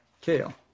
kale